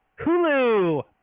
Hulu